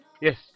yes